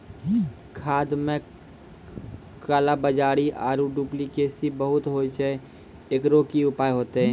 खाद मे काला कालाबाजारी आरु डुप्लीकेसी बहुत होय छैय, एकरो की उपाय होते?